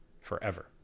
forever